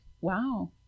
wow